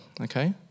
Okay